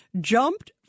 jumped